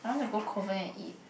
I want to go Kovan and eat